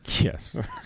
Yes